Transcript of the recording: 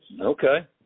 Okay